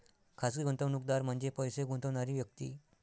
खाजगी गुंतवणूकदार म्हणजे पैसे गुंतवणारी व्यक्ती